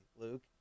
Luke